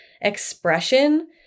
expression